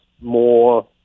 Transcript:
more